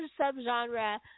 subgenre